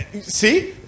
See